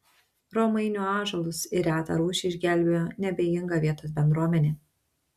romainių ąžuolus ir retą rūšį išgelbėjo neabejinga vietos bendruomenė